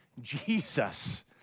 Jesus